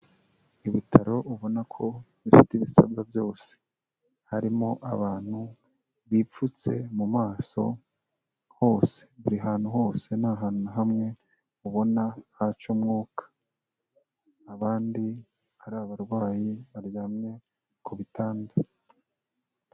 Ibitaro ubona ko bifite ibisabwa byose, harimo abantu bipfutse mu maso hose, buri hantu hose nta hantu na hamwe ubona haca umwuka, abandi ari abarwayi baryamye ku bitanda.